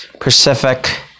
Pacific